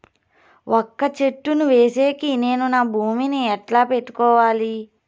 వక్క చెట్టును వేసేకి నేను నా భూమి ని ఎట్లా పెట్టుకోవాలి?